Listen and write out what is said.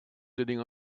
sitting